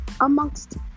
amongst